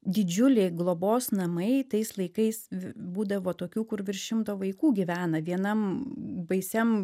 didžiuliai globos namai tais laikais būdavo tokių kur virš šimto vaikų gyvena vienam baisiam